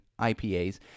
IPAs